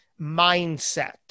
mindset